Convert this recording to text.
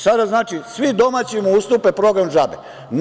Sada znači svim domaćim ustupe program džabe.